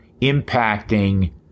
impacting